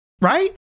Right